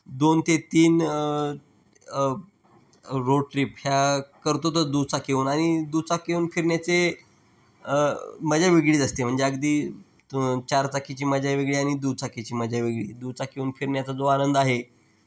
दोन ते तीन रोड ट्रीप ह्या करतोतच दुचाकीहून आणि दुचाकीहून फिरण्याचे मजा वेगळीच असते म्हणजे अगदी तर चारचाकीची मजा वेगळी आणि दुचाकीची मजा वेगळी दुचाकीहून फिरण्याचा जो आनंद आहे